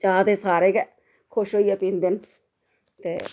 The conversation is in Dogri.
चाह् ते सारे गै खुश होइयै पीन्दे न ते